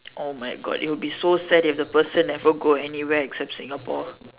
oh my God it'll be so sad if the person never go anywhere except Singapore